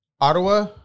Ottawa